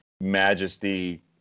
Majesty